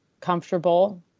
comfortable